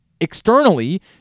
externally